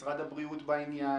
משרד הבריאות בעניין,